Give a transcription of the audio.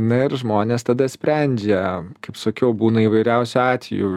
na ir žmonės tada sprendžia kaip sakiau būna įvairiausių atvejų